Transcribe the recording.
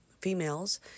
females